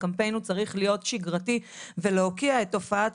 הקמפיין הוא צריך להיות שגרתי ולהוקיע את תופעת